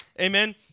amen